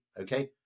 okay